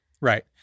Right